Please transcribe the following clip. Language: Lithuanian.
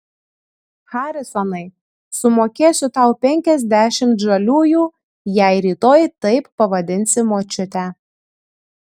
harisonai sumokėsiu tau penkiasdešimt žaliųjų jei rytoj taip pavadinsi močiutę